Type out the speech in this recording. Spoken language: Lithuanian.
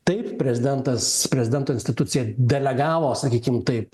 taip prezidentas prezidento institucija delegavo sakykim taip